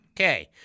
Okay